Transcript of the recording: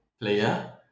player